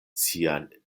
sian